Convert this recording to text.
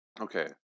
Okay